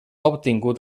obtingut